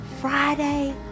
Friday